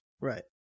Right